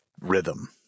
rhythm